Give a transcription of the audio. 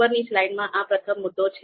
ઉપરની સ્લાઇડમાં આ પ્રથમ મુદ્દો છે